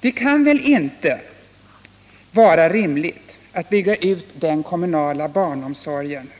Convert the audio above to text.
Det kan väl inte vara rimligt att bygga ut den kommunala barnomsorgen